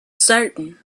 certain